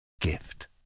gift